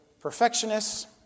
perfectionists